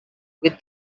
with